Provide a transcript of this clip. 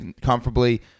comfortably